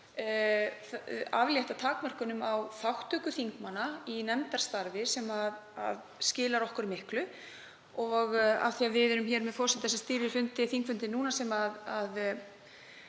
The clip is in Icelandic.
aflétta takmörkunum á þátttöku þingmanna í nefndarstarfi sem skilar okkur miklu. Og af því að við erum með forseta sem stýrir þingfundi núna og